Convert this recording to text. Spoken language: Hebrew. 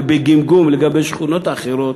ובגמגום לגבי שכונות אחרות,